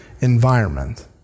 environment